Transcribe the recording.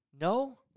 No